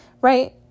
right